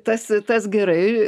tas tas gerai